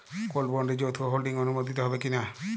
Gold বন্ডে যৌথ holding অনুমোদিত হবে কিনা?